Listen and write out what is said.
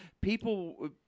People